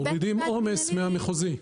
מורידים עומס מהמחוזי.